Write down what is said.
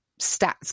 stats